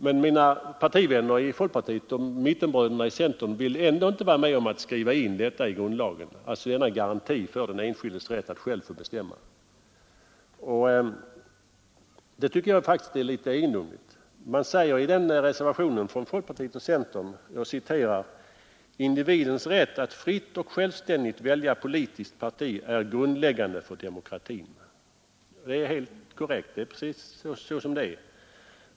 Men mina partivänner i folkpartiet och mittenbröderna i centern vill ändå inte vara med om att i grundlagen skriva in denna garanti för den enskildes rätt att själv få bestämma, och det tycker jag faktiskt är litet egendomligt. Man säger i reservationen 10 från folkpartiet och centern: ”Individens rätt att fritt och självständigt välja politiskt parti är grundläggande för demokratin.” Det är helt korrekt — precis så är det.